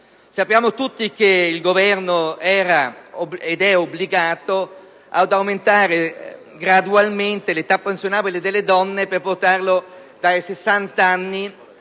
Sappiamo tutti che il Governo era ed è obbligato ad aumentare gradualmente l'età pensionabile delle donne per portarla dai 60 ai